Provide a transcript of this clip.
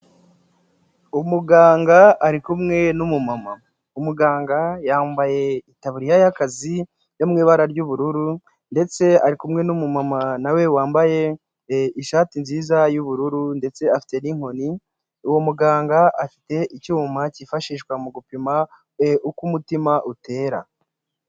Umuganga ari kumwe n'umumama, umuganga yambaye itaburiya y'akazi yo mu ibara ry'ubururu ndetse ari kumwe n'umumama nawe wambaye ishati nziza y'ubururu ndetse afite n'inkoni, uwo muganga afite icyuma cyifashishwa mu gupima uko umutima utera.